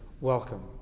welcome